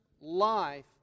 life